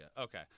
Okay